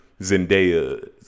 zendaya